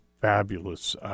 fabulous